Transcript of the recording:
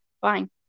Fine